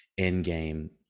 Endgame